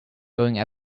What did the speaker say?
going